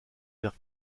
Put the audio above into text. vers